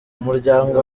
umuryango